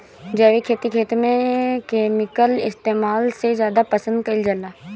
जैविक खेती खेत में केमिकल इस्तेमाल से ज्यादा पसंद कईल जाला